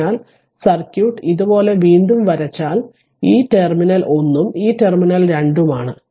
അതിനാൽ സർക്യൂട്ട് ഇതുപോലെ വീണ്ടും വരച്ചാൽ ഈ ടെർമിനൽ 1 ഉം ഈ ടെർമിനൽ 2 ഉം ആണ്